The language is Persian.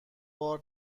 بار